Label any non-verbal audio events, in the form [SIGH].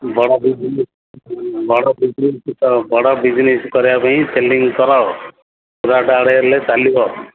ବଡ଼ [UNINTELLIGIBLE] ତ ବଡ଼ ବିଜନେସ୍ କରିବା ପାଇଁ ସେଲିଙ୍ଗ୍ କର ହେଲେ ସୁରାଟ ଆଡ଼େ ହେଲେ ଚାଲିବ